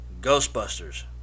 Ghostbusters